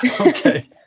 Okay